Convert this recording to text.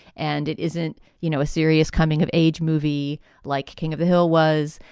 and it isn't, you know, a serious coming of age movie like king of the hill was,